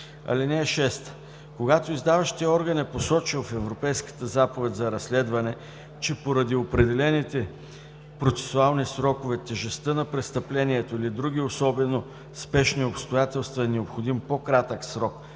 (6) Когато издаващият орган е посочил в Европейската заповед за разследване, че поради определените процесуални срокове, тежестта на престъплението или други особено спешни обстоятелства е необходим по-кратък срок